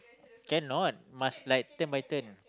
cannot must like turn by turn